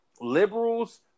liberals